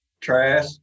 trash